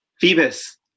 Phoebus